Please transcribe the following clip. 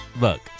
look